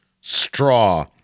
straw